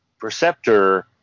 Perceptor